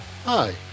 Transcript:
Hi